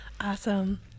awesome